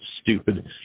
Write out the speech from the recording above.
Stupid